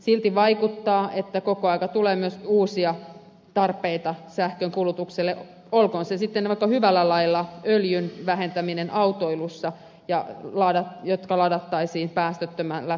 silti vaikuttaa että koko ajan tulee myös uusia tarpeita sähkön kulutukselle olkoon se sitten vaikka hyvällä lailla öljyn vähentäminen autoilussa jossa ladattaisiin päästöttömällä sähköllä